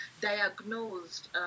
diagnosed